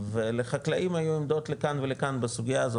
ולחקלאים היו עמדות לכאן ולכאן בסוגייה הזאת,